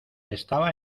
estaba